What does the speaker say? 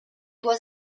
was